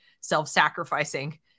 self-sacrificing